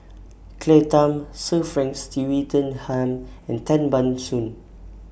Claire Tham Sir Frank and Tan Ban Soon